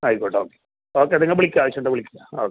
ആയിക്കോട്ടെ okay okay നിങ്ങൾ വിളിക്ക് ആവശ്യം ഉണ്ടെങ്കിൽ വിളിക്ക് ഓക്കെ